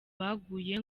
baguye